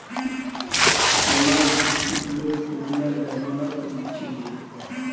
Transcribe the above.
सोनार बिस्कुट लोग पुरना जमानात लीछीले